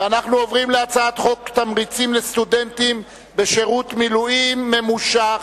אנחנו עוברים להצעת חוק תמריצים לסטודנטים בשירות מילואים ממושך.